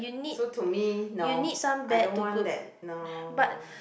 so to me no I don't want that no no